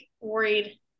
worried